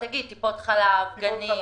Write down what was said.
זה יכול להיות טיפות חלב, גנים.